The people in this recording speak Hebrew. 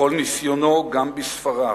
כל ניסיונו גם בספריו,